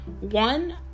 one